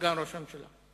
סגן ראש הממשלה.